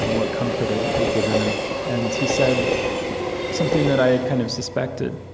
what comfort it had given him and he said something that i had kind of suspected,